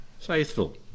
faithful